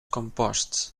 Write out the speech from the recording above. composts